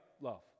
love